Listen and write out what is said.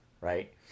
right